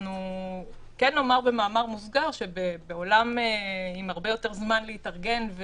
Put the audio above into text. כן נאמר במאמר מוסגר שבעולם עם הרבה יותר זמן להתארגן,